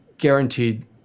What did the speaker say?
guaranteed